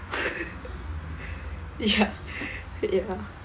ya ya